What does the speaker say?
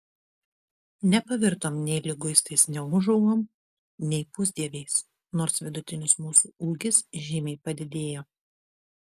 nepavirtom nei liguistais neūžaugom nei pusdieviais nors vidutinis mūsų ūgis žymiai padidėjo